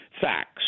Facts